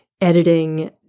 editing